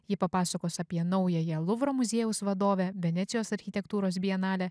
ji papasakos apie naująją luvro muziejaus vadovę venecijos architektūros bienalę